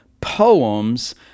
poems